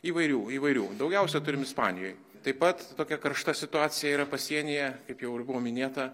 įvairių įvairių daugiausia turim ispanijoj taip pat tokia karšta situacija yra pasienyje kaip jau ir buvo minėta